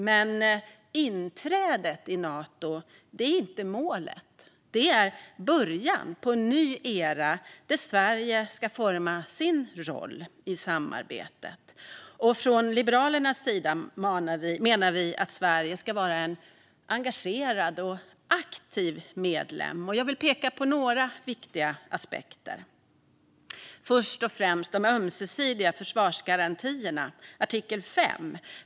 Men inträdet i Nato är inte målet, utan det är början på en ny era där Sverige ska forma sin roll i samarbetet. Liberalerna menar att Sverige ska vara en engagerad och aktiv medlem, och jag vill peka på några viktiga aspekter. Först och främst har vi de ömsesidiga försvarsgarantierna och artikel 5.